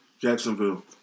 Jacksonville